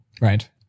Right